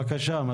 בבקשה מתן.